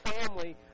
family